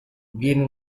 viene